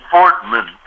Fortman